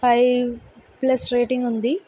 five plus rating ఉంది